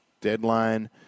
deadline